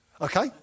Okay